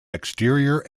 exterior